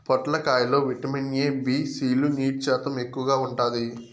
పొట్లకాయ లో vitamin A, B, C లు, నీటి శాతం ఎక్కువగా ఉంటాది